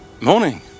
Morning